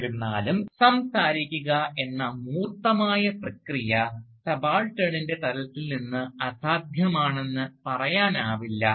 എന്നിരുന്നാലും സംസാരിക്കുക എന്ന മൂർത്തമായ പ്രക്രിയ സബാൾട്ടേണിൻറെ തലത്തിൽ നിന്ന് അസാധ്യമാണെന്ന് പറയാനാവില്ല